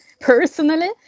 personally